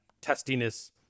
testiness